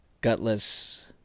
Gutless